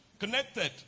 Connected